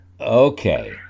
Okay